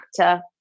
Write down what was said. actor